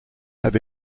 have